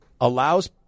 Allows